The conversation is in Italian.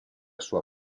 sua